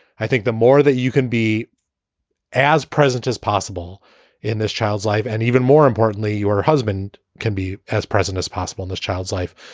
i think the more that you can be as present as possible in this child's life and even more importantly, your husband can be as present as possible in this child's life.